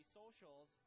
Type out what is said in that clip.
socials